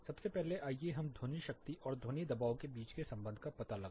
सबसे पहले आइए हम ध्वनि शक्ति और ध्वनि दबाव के बीच के संबंध का पता लगाएं